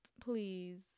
please